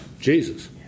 Jesus